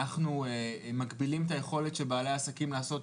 אנחנו מגבילים את היכולת של בעלי עסקים לעשות